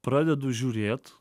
pradedu žiūrėt